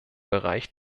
bereich